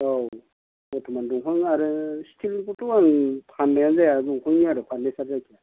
औ बर्त'मान दंफां आरो स्टिल निखौथ' आं फाननायानो जाया दंफांनि आरो फार्निसार जायखिजाया